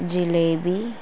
jalebi